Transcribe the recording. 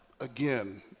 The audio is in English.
Again